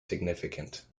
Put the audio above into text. significant